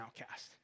outcast